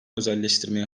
özelleştirmeye